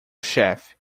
chefe